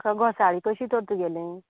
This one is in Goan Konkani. म्हाका घोसाळें कशें तर तुगेलें